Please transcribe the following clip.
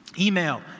Email